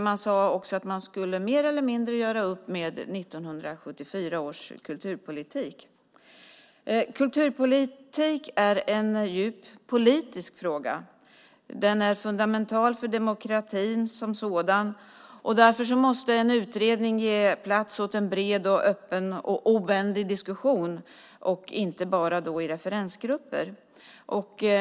Man sade också att man mer eller mindre skulle göra upp med 1974 års kulturpolitik. Kulturpolitik är en djupt politisk fråga. Den är fundamental för demokratin som sådan, och därför måste en utredning ge plats åt en bred, öppen och obändig diskussion, inte bara i referensgrupper.